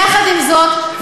יחד עם זאת,